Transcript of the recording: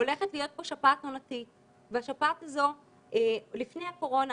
הולכת להיות שפעת עונתית והשפעת הזאת לפני הקורונה